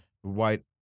white